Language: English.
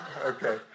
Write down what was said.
Okay